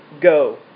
go